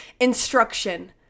instruction